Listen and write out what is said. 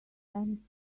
anything